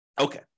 okay